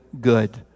good